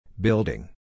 Building